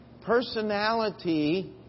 Personality